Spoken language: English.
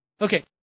Okay